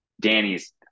Danny's